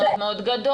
מאוד מאוד גדול,